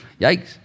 Yikes